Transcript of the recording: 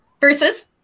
Versus